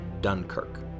Dunkirk